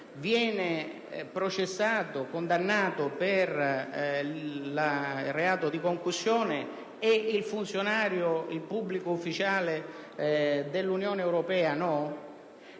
viene processato e condannato per il reato di concussione, mentre il funzionario, il pubblico ufficiale dell'Unione europea no.